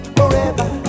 forever